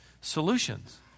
solutions